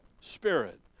spirit